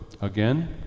again